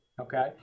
okay